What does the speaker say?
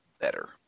better